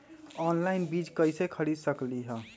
Online बीज कईसे खरीद सकली ह?